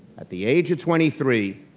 at the age of twenty three,